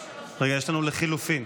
רגע, יש לנו לחלופין.